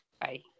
Bye